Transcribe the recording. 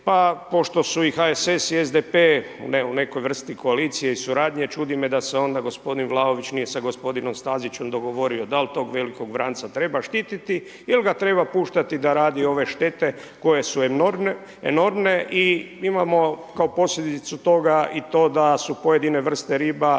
Pa pošto su i HSS i SDP u nekoj vrsti koalicije i suradnje ćudi me da se onda gospodin Vlaović nije sa gospodinom Stazićem dogovorio da li tog vranca treba štiti ili ga treba puštati da radi ove štete koje su enormne. I imamo kao posljedicu toga i to da su pojedine vrste riba